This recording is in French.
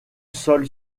sol